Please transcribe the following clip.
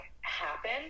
happen